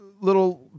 little